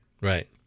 Right